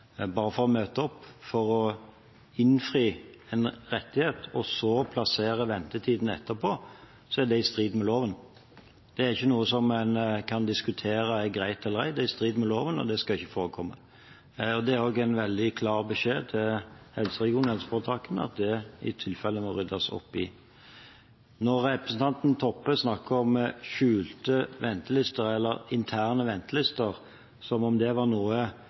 bare for å møte opp for å innfri en rettighet og så plasserer ventetiden etterpå, er det i strid med loven. Det er ikke noe som en kan diskutere er greit eller ei. Det er i strid med loven, og det skal ikke forekomme. Det er også en veldig klar beskjed til helseforetakene at det i tilfelle må ryddes opp i. Når representanten Toppe snakker om skjulte eller interne ventelister som om det var noe